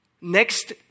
Next